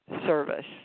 service